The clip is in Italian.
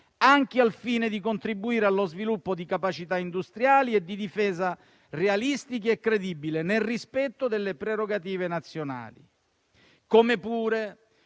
anche al fine di contribuire allo sviluppo di capacità industriali e di difesa realistiche e credibili nel rispetto delle prerogative nazionali. Come pure